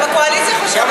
גם הקואליציה חושבת ככה.